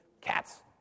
cats